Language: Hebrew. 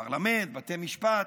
פרלמנט, בתי משפט.